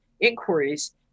inquiries